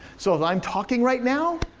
so if i'm talking right now,